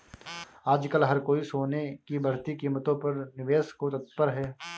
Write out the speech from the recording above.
आजकल हर कोई सोने की बढ़ती कीमतों पर निवेश को तत्पर है